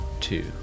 two